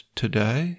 today